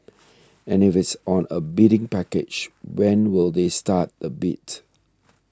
and if it's on a bidding package when will they start the bid